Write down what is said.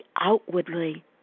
outwardly